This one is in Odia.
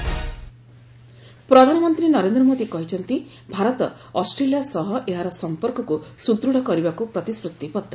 ପିଏମ୍ ଅଷ୍ଟ୍ରେଲିଆ ପ୍ରଧାନମନ୍ତ୍ରୀ ନରେନ୍ଦ୍ର ମୋଦୀ କହିଛନ୍ତି ଭାରତ ଅଷ୍ଟ୍ରେଲିଆ ସହ ଏହାର ସଂପର୍କକୁ ସୁଦୃଢ଼ କରିବାକୁ ପ୍ରତିଶ୍ରତିବଦ୍ଧ